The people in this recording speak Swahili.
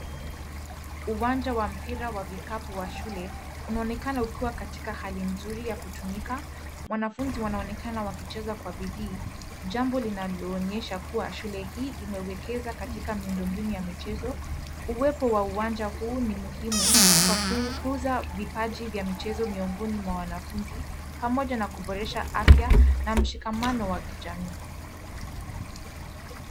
Uwanja wa mpira wa vikapu wa shule. Unaonekana ukiwa katika hali nzuri ya kutumika. Wanafunzi wanaonekana wakicheza kwa bidii. Jambo linaloonyesha kuwa shule hii imewekeza katika miundombinu ya michezo. Uwepo wa uwanja huu ni muhimu kwa kuukuza vipaji vya michezo miongoni mwa wanafunzi. Pamoja na kuboresha afya na mshikamano wa kijamii.